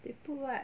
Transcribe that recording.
they put what